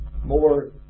more